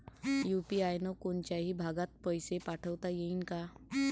UPI न कोनच्याही भागात पैसे पाठवता येईन का?